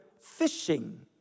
fishing